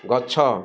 ଗଛ